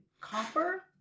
Copper